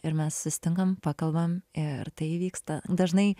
ir mes susitinkam pakalbam ir tai įvyksta dažnai